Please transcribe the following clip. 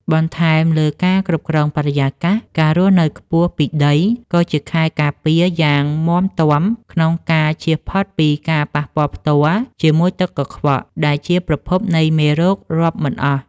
បន្ថែមលើការគ្រប់គ្រងបរិយាកាស ការរស់នៅខ្ពស់ពីដីក៏ជាខែលការពារយ៉ាងមាំទាំក្នុងការ ជៀសផុតពីការប៉ះពាល់ផ្ទាល់ជាមួយទឹកកខ្វក់ ដែលជាប្រភពនៃមេរោគរាប់មិនអស់។